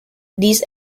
these